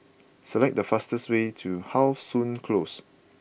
select the fastest way to How Sun Close